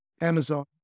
Amazon